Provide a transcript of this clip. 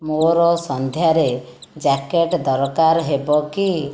ମୋର ସନ୍ଧ୍ୟାରେ ଜ୍ୟାକେଟ୍ ଦରକାର ହେବ କି